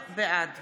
בעד